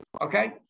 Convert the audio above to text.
Okay